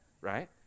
right